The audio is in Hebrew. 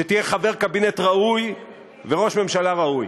שתהיה חבר קבינט ראוי וראש ממשלה ראוי.